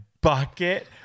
bucket